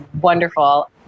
wonderful